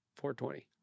420